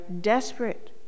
desperate